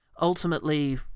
ultimately